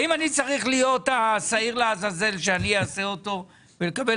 האם אני צריך להיות השעיר לעזאזל שאני אעשה אותו ולקבל